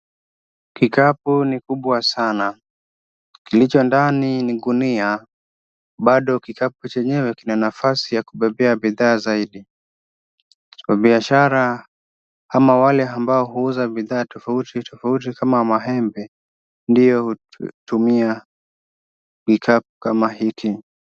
Kikapu ni kikubwa sana, kilicho ndani ni gunia. Bado kikapu chenyewe kina nafasi ya kubebea bidhaa zaidi. Biashara ama wale ambao huuza bidhaa tofauti tofauti kama maembe, ndio hutumia kikapu kama hiki.